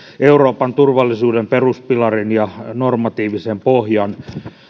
euroopan turvallisuuden peruspilarin ja normatiivisen pohjan